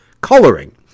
coloring